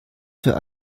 für